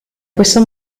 questo